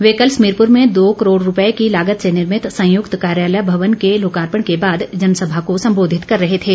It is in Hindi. वे कल समीरपुर में दो करोड़ रूपये की लागत से निर्मित संयुक्त कार्यालय भवन के लोकार्पण के बाद जनसभा को संबोधित कर रहे थे